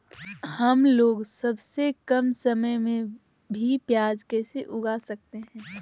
हमलोग सबसे कम समय में भी प्याज कैसे उगा सकते हैं?